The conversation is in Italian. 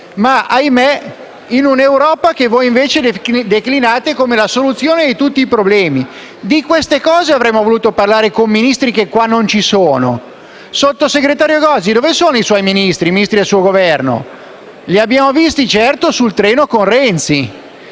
- ahimè - in un'Europa che voi, invece, declinate come la soluzione di tutti i problemi. Di queste cose avremmo voluto parlare con Ministri che qui non ci sono. Sottosegretario Gozi, dove sono i Ministri del suo Governo? Li abbiamo visti, certo, sul treno con Renzi.